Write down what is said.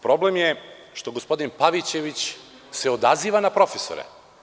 Problem je što se gospodin Pavićević odaziva na - profesore.